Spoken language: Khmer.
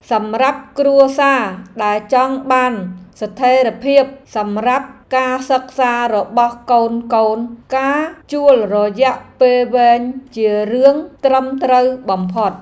សម្រាប់គ្រួសារដែលចង់បានស្ថិរភាពសម្រាប់ការសិក្សារបស់កូនៗការជួលរយៈពេលវែងជារឿងត្រឹមត្រូវបំផុត។